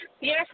Yes